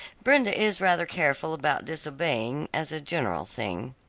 brenda is rather careful about disobeying, as a general thing.